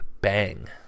Bang